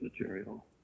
material